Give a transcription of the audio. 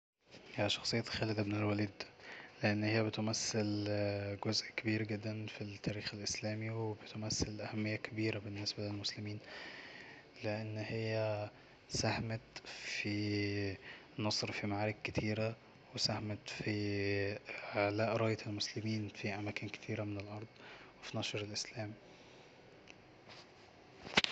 هي شخصية خالد ابن الوليد لأن هي بتمثل جزء كبير جدا في التاريخ الاسلامي وبتمثل أهمية كبيرة بالنسبة للمسلمين لأن هي ساهمت في النصر في معارك كتيرة وساهت في إعلاء راية المسلمين في أماكن كتيرة من الأرض وفي نشر الإسلام